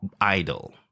Idol